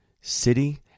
city